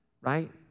right